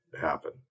happen